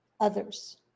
others